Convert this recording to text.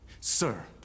Sir